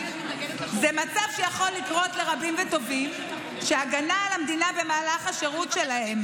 זה מצב שיכול לקרות לרבים וטובים שהגנו על המדינה במהלך השירות שלהם.